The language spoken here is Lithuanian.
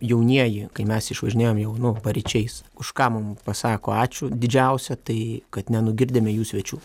jaunieji kai mes išvažinėjom jau nu paryčiais už ką mum pasako ačiū didžiausią tai kad nenugirdėme jų svečių